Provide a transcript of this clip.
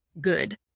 good